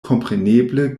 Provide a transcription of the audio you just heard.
kompreneble